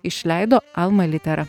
išleido alma littera